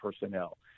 personnel